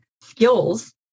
skills